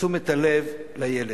מתשומת הלב לילד.